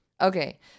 Okay